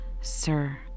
sir